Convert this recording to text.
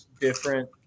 different